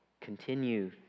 Continue